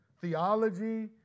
Theology